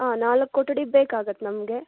ಹಾಂ ನಾಲ್ಕು ಕೊಠಡಿ ಬೇಕಾಗತ್ತೆ ನಮಗೆ